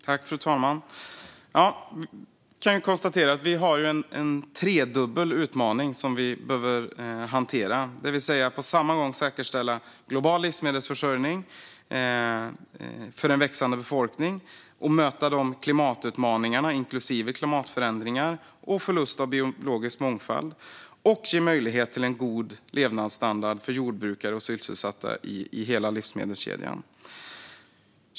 Fru talman! Jag kan konstatera att vi har en tredubbel utmaning som vi behöver hantera. På en och samma gång behöver vi säkerställa global livsmedelsförsörjning för en växande befolkning, möta klimatutmaningarna - inklusive klimatförändringar och förlust av biologisk mångfald - och ge möjlighet till en god levnadsstandard för jordbrukare och sysselsatta i hela livsmedelskedjan.